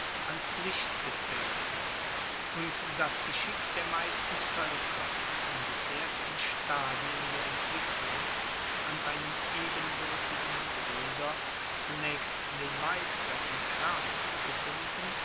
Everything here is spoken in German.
ans licht getreten und das geschick der meisten voelker in den ersten stadien der entwicklung an einem ebenbuertigen bruder zunaechst den meister und herrn zu finden